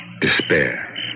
Despair